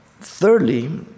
Thirdly